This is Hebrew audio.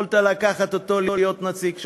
יכולת לקחת אותו להיות נציג שלך.